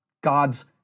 God's